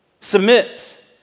Submit